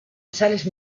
sales